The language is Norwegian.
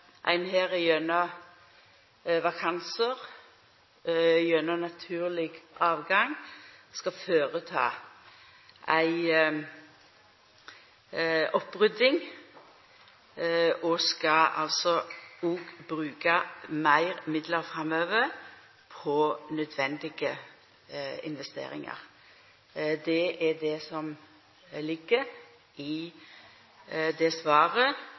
ein her gjennom vakansar, gjennom naturleg avgang, skal føreta ei opprydding og altså skal bruka meir midlar framover på nødvendige investeringar. Det er det som ligg i det svaret